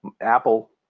Apple